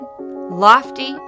lofty